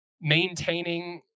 maintaining